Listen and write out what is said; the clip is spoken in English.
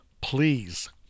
please